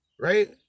Right